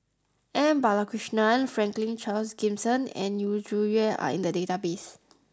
M Balakrishnan Franklin Charles Gimson and Yu Zhuye are in the database